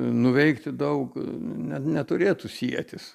nuveikti daug net neturėtų sietis